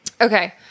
Okay